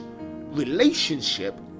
relationship